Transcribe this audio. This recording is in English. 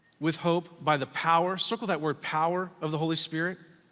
with hope by the power, circle that word power. of the holy spirit.